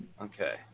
okay